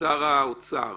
שר האוצר,